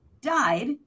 died